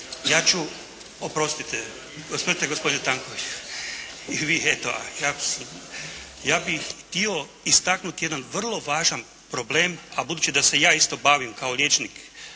ja ću, oprostite gospodine Tankoviću. Ja bih htio istaknuti jedan vrlo važan problem, a budući da se ja isto bavim kao liječnik